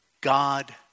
God